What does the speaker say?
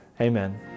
amen